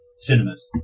cinemas